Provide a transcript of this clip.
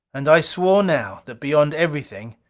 and i swore now, that beyond everything,